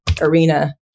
arena